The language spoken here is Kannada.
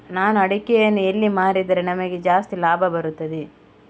ನಾನು ಅಡಿಕೆಯನ್ನು ಎಲ್ಲಿ ಮಾರಿದರೆ ನನಗೆ ಜಾಸ್ತಿ ಲಾಭ ಬರುತ್ತದೆ?